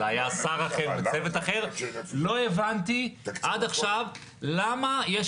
זה היה שר אחר וצוות אחר לא הבנתי עד עכשיו למה יש